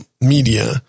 media